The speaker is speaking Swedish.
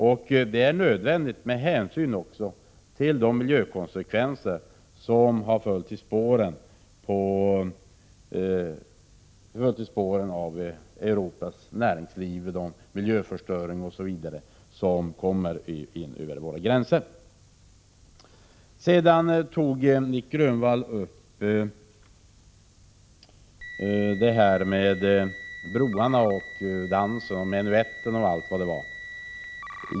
Detta är också nödvändigt med tanke på de konsekvenser för miljön som utvecklingen av Europas näringsliv har fört med sig — med den miljöförstöring m.m. som kommer in över våra gränser. Nic Grönvall tog upp det här med broarna, menuetten och allt vad det nu var.